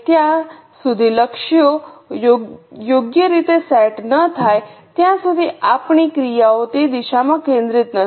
જ્યાં સુધી લક્ષ્યો યોગ્ય રીતે સેટ ન થાય ત્યાં સુધી આપણી ક્રિયાઓ તે દિશામાં કેન્દ્રિત નથી